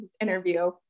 interview